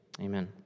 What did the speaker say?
Amen